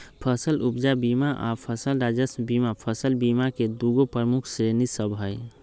फसल उपजा बीमा आऽ फसल राजस्व बीमा फसल बीमा के दूगो प्रमुख श्रेणि सभ हइ